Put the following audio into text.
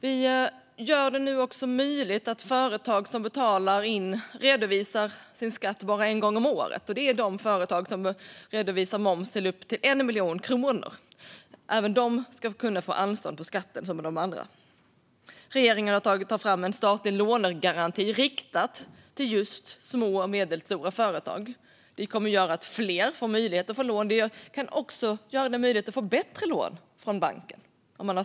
Vi gör det nu också möjligt för företag som betalar in och redovisar sin skatt bara en gång om året, det vill säga företag som redovisar moms upp till 1 miljon kronor, att få anstånd på skatten som de andra. Regeringen tar också fram en statlig lånegaranti riktad till just små och medelstora företag. Det kommer att göra så att fler har möjlighet att få lån. Om man har staten i ryggen kan man också få bättre lån från banken.